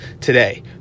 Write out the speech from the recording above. today